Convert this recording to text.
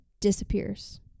disappears